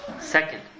Second